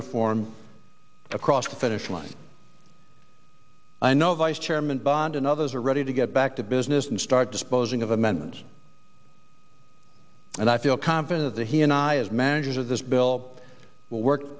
reform across the finish line i know vice chairman bond and others are ready to get back to business and start disposing of amendment and i feel confident of the he and i as managers of this bill will work